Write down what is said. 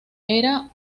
era